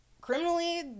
criminally